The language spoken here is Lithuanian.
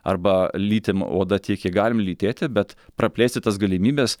arba lytim oda tiek kiek galim lytėti bet praplėsti tas galimybes